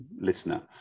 listener